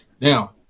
Now